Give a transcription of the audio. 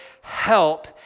help